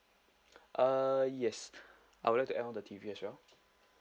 uh yes I would like to add on the T_V as well